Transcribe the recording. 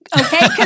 okay